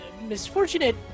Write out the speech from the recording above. misfortunate